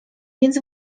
więc